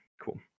Cool